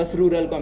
rural